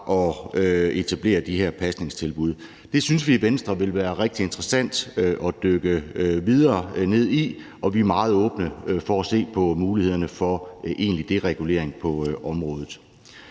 at etablere de her pasningstilbud? Det synes vi i Venstre ville være rigtig interessant at dykke videre ned i, og vi er meget åbne for at se på mulighederne for egentlig deregulering på området.